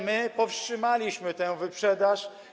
my powstrzymaliśmy tę wyprzedaż.